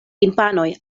infanoj